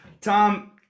Tom